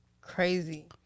crazy